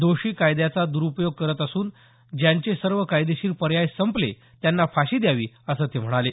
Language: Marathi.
दोषी कायद्याचा दुरुपयोग करत असून ज्यांचे सर्व कायदेशीर पर्याय संपले त्यांना फाशी द्यावी असं ते म्हणाले